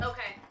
Okay